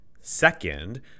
Second